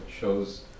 shows